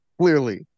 clearly